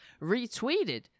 retweeted